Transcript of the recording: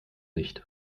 nicht